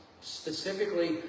Specifically